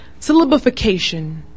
Syllabification